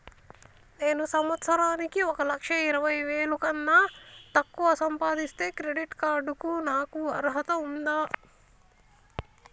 నేను సంవత్సరానికి ఒక లక్ష ఇరవై వేల కన్నా తక్కువ సంపాదిస్తే క్రెడిట్ కార్డ్ కు నాకు అర్హత ఉందా?